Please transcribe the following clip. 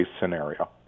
scenario